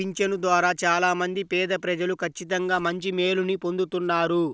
పింఛను ద్వారా చాలా మంది పేదప్రజలు ఖచ్చితంగా మంచి మేలుని పొందుతున్నారు